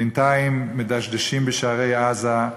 בינתיים מדשדשים בשערי עזה,